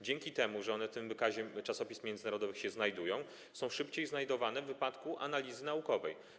Dzięki temu, że one w tym wykazie czasopism międzynarodowych się znajdują, są szybciej znajdowane w wypadku analizy naukowej.